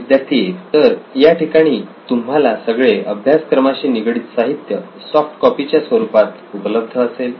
विद्यार्थी 1 तर या ठिकाणी तुम्हाला सगळे अभ्यासक्रमाशी निगडित साहित्य सॉफ्ट कॉपी च्या स्वरूपात उपलब्ध असेल